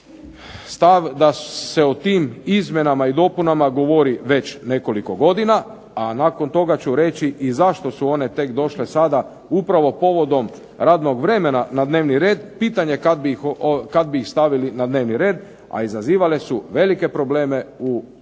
stav da se o tim izmjenama i dopunama govori već nekoliko godina, a nakon toga ću reći i zašto su one tek došle sada upravo povodom radnog vremena na dnevni red. Pitanje je kad bi ih stavili na dnevni red, a izazivale su velike probleme u djelovanju